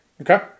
Okay